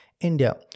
india